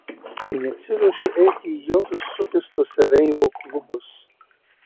nesiruošiu eiti į jokius supistus reivo klubus